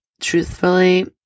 truthfully